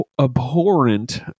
abhorrent